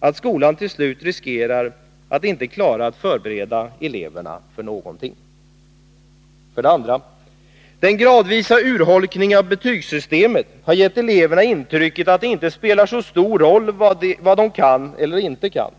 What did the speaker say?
att skolan till slut riskerar att inte klara att förbereda eleverna för någonting. 2. Den gradvisa urholkningen av betygssystemet har gett eleverna intrycket att det inte spelar så stor roll vad de kan eller inte kan.